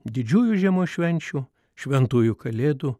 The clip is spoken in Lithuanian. didžiųjų žiemos švenčių šventųjų kalėdų